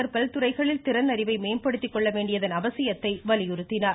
குழந்தைவேலு பல்துறைகளில் திறன் அறிவை மேம்படுத்திக்கொள்ள வேண்டியதன் அவசியத்தை வலியுறுத்தினார்